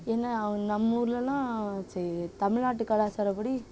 என்ன அவங் நம்ம ஊர்லேலாம் சே தமிழ்நாட்டு கலாச்சாரப்படி